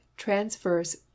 transverse